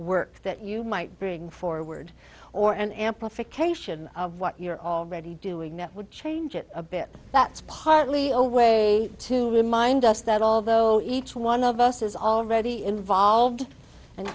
work that you might bring forward or an amplification of what you're already doing that would change it a bit that's partly a way to remind us that although each one of us is already involved and